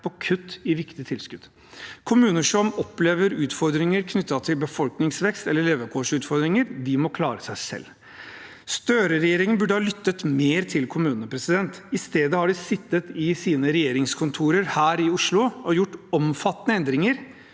på kutt i viktige tilskudd. Kommuner som opplever utfordringer knyttet til befolkningsvekst eller levekårsutfordringer, må klare seg selv. Støre-regjeringen burde ha lyttet mer til kommunene. I stedet har de sittet i sine regjeringskontorer her i Oslo og gjort omfattende endringer